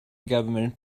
government